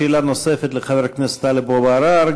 שאלה נוספת לחבר הכנסת טלב אבו עראר.